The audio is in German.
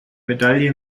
medaille